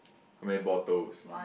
how many bottles